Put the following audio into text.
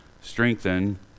strengthen